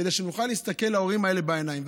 כדי שנוכל להסתכל להורים האלה בעיניים.